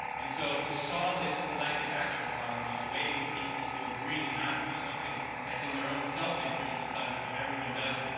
and so, to solve this collective action problem, which is a way to get people to agree and not do something that's in their own self-interest because if everyone does it,